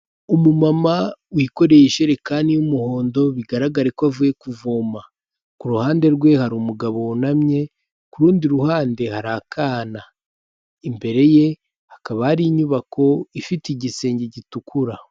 Umumama wikoreye ijesherekani y'umuhondo bigaragare ko avuye kuvoma ku ruhande rwe hari umugabo wunamye ku rundi ruhande hari akana, imbere ye hakaba hari inyubako ifite igisenge gitukura.